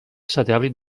satèl·lit